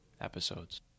episodes